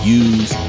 use